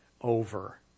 over